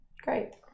Great